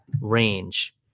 range